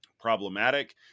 problematic